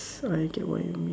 I get what you mean